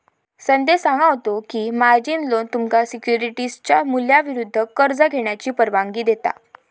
संदेश सांगा होतो की, मार्जिन लोन तुमका सिक्युरिटीजच्या मूल्याविरुद्ध कर्ज घेण्याची परवानगी देता